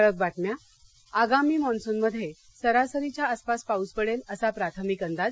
ठळक बातम्या आगामी मान्सूनमध्ये सरासरीच्या आसपास पाऊस पडेल असा प्राथमिक अंदाज